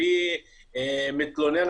בלי מתלונן,